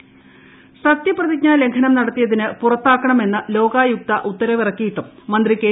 മുരളീധരൻ സത്യപ്രതിജ്ഞ ലംഘനം നടത്തിയതിന് പുറത്താക്കണമെന്ന് ലോകായുക്ത ഉത്തരവിറക്കിയിട്ടും മന്ത്രി കെ